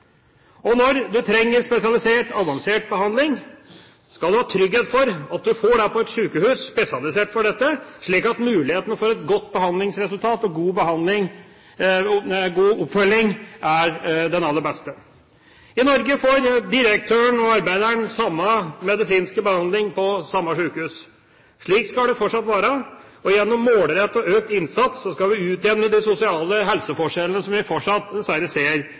og til ser i dag. Når du trenger spesialisert, avansert behandling, skal du ha trygghet for at du får det på et sykehus spesialisert for dette, slik at mulighetene for et godt behandlingsresultat og god oppfølging er den aller beste. I Norge får direktøren og arbeideren samme medisinske behandling på samme sykehus. Slik skal det fortsatt være. Gjennom målrettet økt innsats skal vi utjevne de sosiale helseforskjellene som vi fortsatt dessverre ser